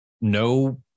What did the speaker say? no